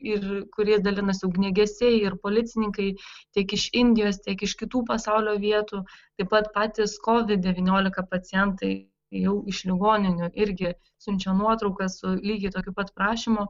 ir kuriais dalinasi ugniagesiai ir policininkai tik iš indijos tiek iš kitų pasaulio vietų taip pat patys kovid devyniolika pacientai jau iš ligoninių irgi siunčia nuotraukas su lygiai tokiu pat prašymu